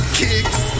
kicks